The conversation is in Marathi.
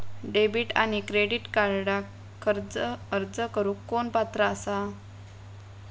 डेबिट आणि क्रेडिट कार्डक अर्ज करुक कोण पात्र आसा?